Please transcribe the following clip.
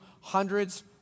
hundreds